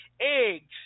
Eggs